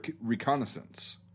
reconnaissance